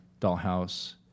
Dollhouse